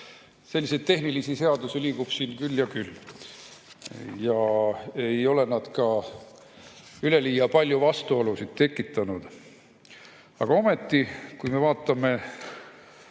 Selliseid tehnilisi seadusi liigub siin küll ja küll, ei ole nad ka üleliia palju vastuolusid tekitanud. Aga ometi, kui me vaatame